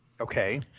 Okay